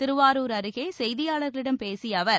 திருவாரூர் அருகே செய்தியாளர்களிடம் பேசிய அவர்